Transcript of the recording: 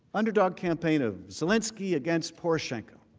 underdog campaign of zelensky against pacheco.